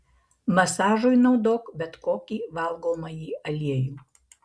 masažui naudok bet kokį valgomąjį aliejų